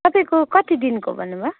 तपाईँको कति दिनको भन्नुभयो